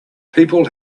people